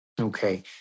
Okay